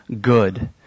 good